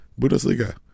Bundesliga